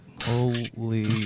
Holy